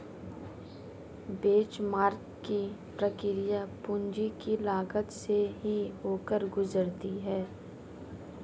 benchmark की प्रक्रिया पूंजी की लागत से ही होकर गुजरती है